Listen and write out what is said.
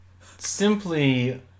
simply